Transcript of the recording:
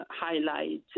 highlight